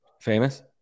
famous